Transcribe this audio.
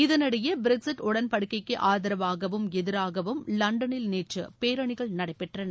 இதனிடையே பிரிக்ஸிட் உடன்படிக்கைக்கு ஆதரவாகவும் எதிராகவும் லன்டனில் நேற்று பேரணிகள் நடைபெற்றன